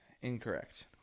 incorrect